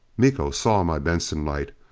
miko saw my benson light.